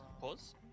Pause